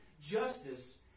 justice